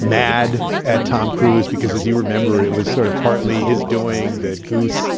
mad at tom cruise because as you remember, it was sort of partly his doing that goose